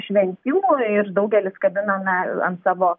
šventimui ir daugelis kabiname ant savo